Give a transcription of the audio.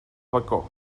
bacó